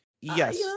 Yes